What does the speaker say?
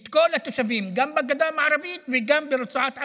את כל התושבים, גם בגדה המערבית וגם ברצועת עזה,